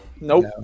Nope